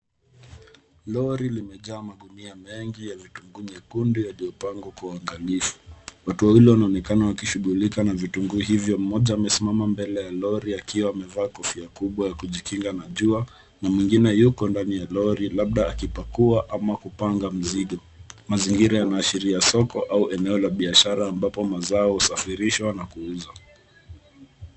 Lori limejaa magunia mengi ya vitunguu nyekundu yaliyopangwa kwa uangalifu. Watu wawili wanaonekana wakishughulika na vitunguu hivyo na vitu hivyo mmoja amesimama mbele ya lori akiwa amevaa kofia kubwa ya kujikinga na jua na mwingine yuko ndani ya lori labda akipakua au kupanga mizigo. Mazingira yanaashiria soko au eneo la biashara ambapo mazao husafirishwa na kuuza.